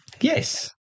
yes